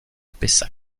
pessac